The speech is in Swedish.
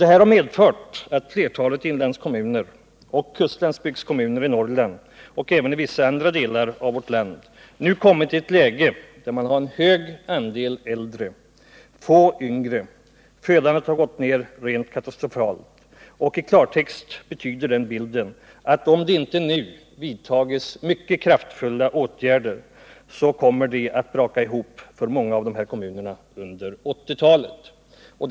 Detta har medfört att flertalet inlandskommuner och kustlandsbygdskommuner i Norrland och även i vissa andra delar av vårt land nu kommit i ett läge där man har en hög andel äldre och få yngre. Födandet har gått ner rent katastrofalt. I klartext betyder det att om det inte nu vidtas mycket kraftfulla åtgärder, så kommer det att braka ihop för många av de här kommunerna under 1980-talet.